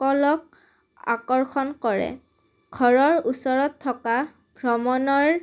কলক আকৰ্ষণ কৰে ঘৰৰ ওচৰত থকা ভ্ৰমণৰ